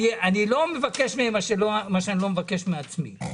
אני לא מבקש מהם מה שאני לא מבקש מעצמי.